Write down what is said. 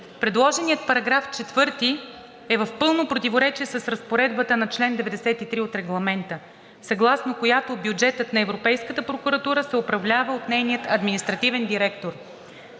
Предложеният § 4 е в пълно противоречие с разпоредбата на чл. 93 от Регламента, съгласно която бюджетът на Европейската прокуратура се управлява от нейния административен директор.